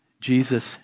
Jesus